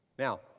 Now